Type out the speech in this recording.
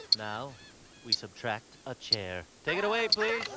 now we subtract a chair, take it away please.